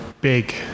big